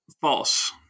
False